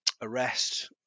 arrest